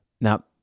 Now